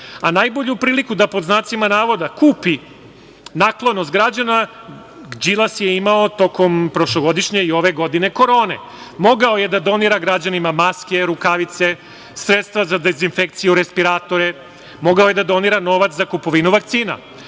više. Najbolju priliku da, pod znacima navoda, kupi naklonost građana Đilas je imao tokom prošlogodišnje i ove godine korone. Mogao je da donira građanima maske, rukavice, sredstava za dezinfekciju, respiratore, mogao je da donira novac za kupovinu vakcina.